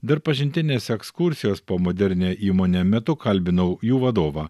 dar pažintinės ekskursijos po modernią įmonę metu kalbinau jų vadovą